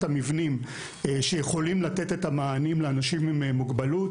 המבנים שיכולים לתת את המענים לאנשים עם מוגבלות.